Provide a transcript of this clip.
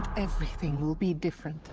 everything will be different